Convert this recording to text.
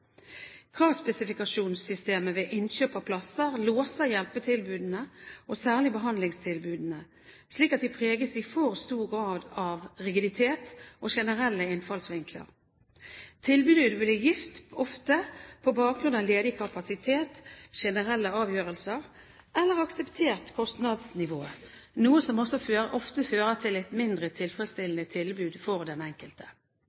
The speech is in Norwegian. Kravspesifikasjonssystemet ved innkjøp av plasser låser hjelpetilbudene og særlig behandlingstilbudene, slik at de preges i for stor grad av rigiditet og generelle innfallsvinkler. Tilbudet blir gitt på bakgrunn av ledig kapasitet, generelle avgjørelser eller akseptert kostnadsnivå, noe som ofte fører til et mindre tilfredsstillende tilbud for den enkelte.